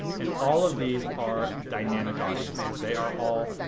and all of these are dynamic audiences. they are all,